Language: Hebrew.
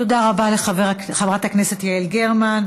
תודה רבה לחברת הכנסת יעל גרמן.